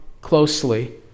closely